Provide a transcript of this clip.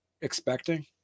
expecting